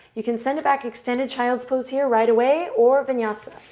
you can send it back, extended child's pose here, right away, or vinyasa.